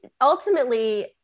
ultimately